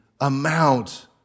amount